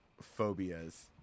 phobias